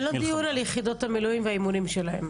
לא דיון על יחידות המילואים והאימונים שלהם,